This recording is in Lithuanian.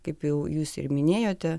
kaip jau jūs ir minėjote